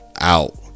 out